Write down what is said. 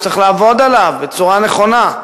שצריך לעבוד עליו בצורה נכונה.